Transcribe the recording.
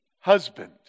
husband